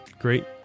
great